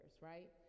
right